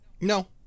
No